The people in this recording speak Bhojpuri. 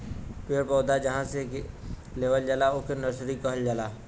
पेड़ पौधा जहां से लेवल जाला ओके नर्सरी कहल जाला